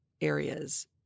areas